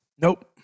Nope